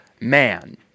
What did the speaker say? man